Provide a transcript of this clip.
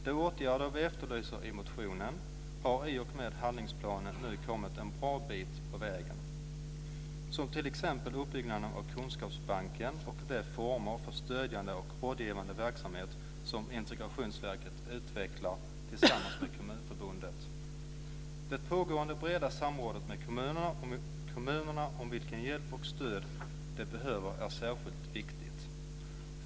De åtgärder vi efterlyser i motionen har i och med handlingsplanen kommit en bra bit på väg, som t.ex. uppbyggnaden av kunskapsbanken och de former för stödjande och rådgivande verksamhet som Integrationsverket utvecklar tillsammans med Kommunförbundet. Det pågående breda samrådet med kommunerna om vilken hjälp och vilket stöd de behöver är särskilt viktigt.